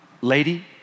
Lady